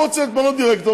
הוא רוצה להתמנות לדירקטור,